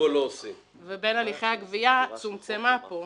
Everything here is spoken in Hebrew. ובין הליכי הגבייה צומצמה פה.